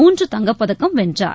மூன்று தங்கப் பதக்கம் வென்றார்